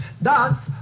Thus